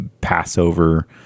Passover